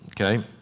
Okay